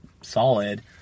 solid